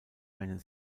eine